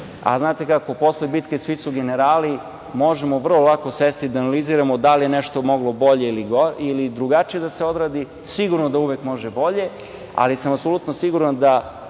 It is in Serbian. Znate kako, posle bitke svi su generali, možemo vrlo lako sesti da analiziramo da li je nešto moglo bolje ili drugačije da se odradi. Sigurno da uvek može bolje, ali sam apsolutno siguran da